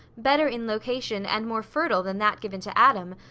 better in location and more fertile than that given to adam,